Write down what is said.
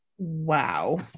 Wow